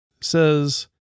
says